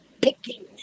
picking